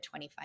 25